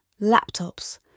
laptops